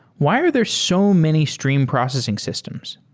why are there so many stream processing systems?